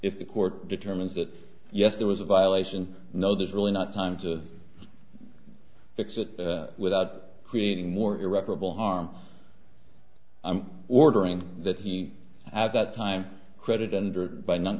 if the court determines that yes there was a violation no there's really not time to fix it without creating more irreparable harm i'm ordering that he at that time credit and by not